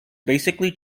basically